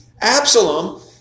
Absalom